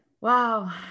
Wow